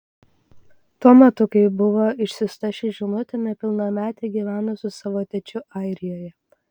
tuo metu kai buvo išsiųsta ši žinutė nepilnametė gyveno su savo tėčiu airijoje